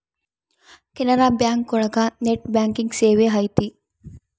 Canara bank ಒಳಗ net banking ಸೇವೆ ಐತಿ